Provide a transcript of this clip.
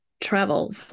travel